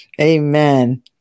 amen